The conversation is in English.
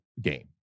game